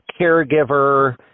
caregiver